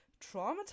traumatized